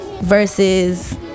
versus